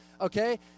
okay